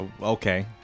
Okay